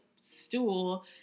stool